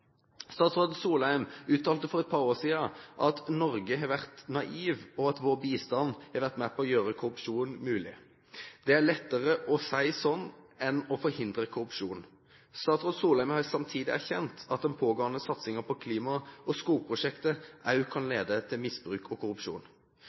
Statsråd Solheim uttalte for et par år siden at Norge har vært naiv, og at vår bistand har vært med på å gjøre korrupsjon mulig. Det er lettere å si slikt enn å forhindre korrupsjon. Statsråd Solheim har samtidig erkjent at den pågående satsingen på klima- og skogprosjekter også kan